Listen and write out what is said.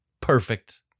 perfect